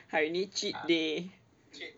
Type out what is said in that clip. hari ini cheat day